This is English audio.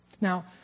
Now